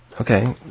Okay